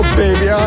baby